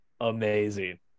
amazing